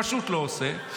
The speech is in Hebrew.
פשוט לא עושה,